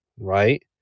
right